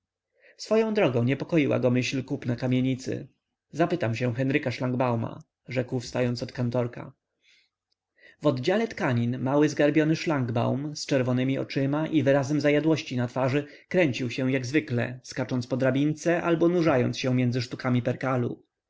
swoją drogą niepokoiła go myśl kupna kamienicy zapytam się henryka szlangbauma rzekł wstając od kantorka w oddziale tkanin mały zgarbiony szlangbaum z czerwonemi oczyma i wyrazem zajadłości na twarzy kręcił się jak zwykle skacząc po drabince albo nurzając się między sztukami perkalu tak